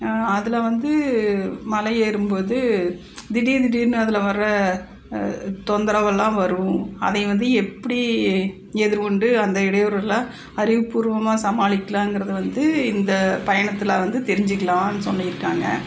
அதில் வந்து மலை ஏறும் போது திடீர் திடீர்னு அதில் வர தொந்தரவெல்லாம் வரும் அதை வந்து எப்படி எதிர்கொண்டு அந்த இடையூறு எல்லாம் அறிவு பூர்வமாக சமாளிக்கலாங்கிறது வந்து இந்த பயணத்தில் வந்து தெரிஞ்சிக்கலான்னு சொல்லியிருக்காங்க